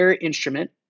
instrument